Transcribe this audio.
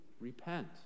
Repent